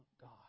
God